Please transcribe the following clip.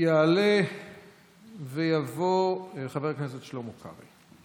יעלה ויבוא חבר הכנסת שלמה קרעי.